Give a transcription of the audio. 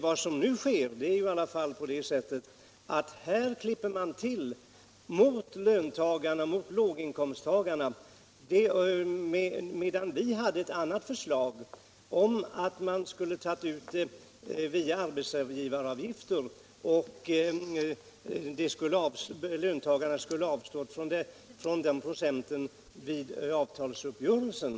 Vad som nu sker är i alla fall att man klipper till mot låginkomsttagarna. Vi hade ett förslag om att man i stället skulle höja arbetsgivaravgiften och att löntagarna skulle avstå från motsvarande summa vid avtalsuppgörelsen.